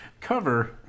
cover